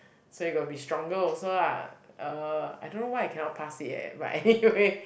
so you got to be stronger also lah uh I don't know why I cannot pass it eh but anyway